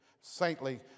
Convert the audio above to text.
Saintly